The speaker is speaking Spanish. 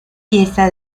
fiesta